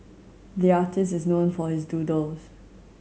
the artist is known for his doodles